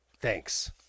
thanks